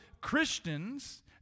Christians